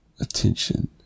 attention